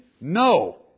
No